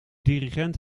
dirigent